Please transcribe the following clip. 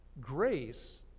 grace